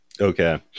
Okay